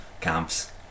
camps